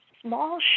small